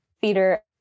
theater